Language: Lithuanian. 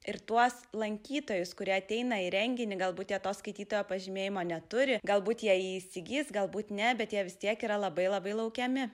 ir tuos lankytojus kurie ateina į renginį galbūt jie to skaitytojo pažymėjimo neturi galbūt jie įsigis galbūt ne bet jie vis tiek yra labai labai laukiami